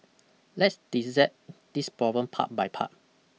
Let's dissect this problem part by part